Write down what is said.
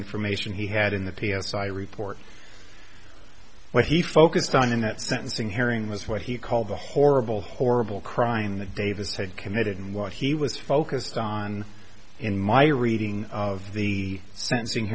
information he had in the p s i report what he focused on in that sentencing hearing was what he called the horrible horrible crime the davis had committed and what he was focused on in my reading of the sentencing